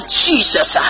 jesus